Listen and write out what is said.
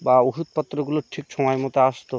বা ওষুধপত্রগুলো ঠিক সময় মতো আসত